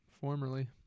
Formerly